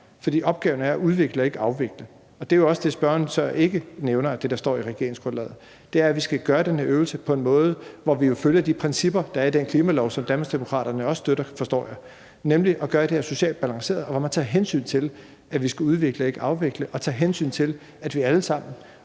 for opgaven er at udvikle og ikke at afvikle. Det, som spørgeren så ikke nævner af det, der står i regeringsgrundlaget, er, at vi skal gøre den her øvelse på en måde, hvor vi jo følger de principper, der er i den klimalov, som Danmarksdemokraterne også støtter, forstår jeg, nemlig at gøre det her socialt balanceret, og hvor man tager hensyn til, at vi skal udvikle og ikke afvikle, og tager hensyn til, at vi alle sammen,